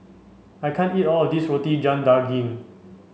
I can't eat all of this Roti John Daging